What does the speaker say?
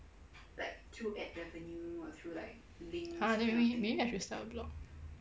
!huh! then maybe maybe I should start a blog